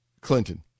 Clinton